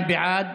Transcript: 42 בעד,